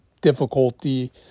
difficulty